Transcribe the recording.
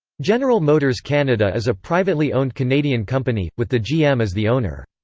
general motors canada is a privately owned canadian company, with the gm as the owner.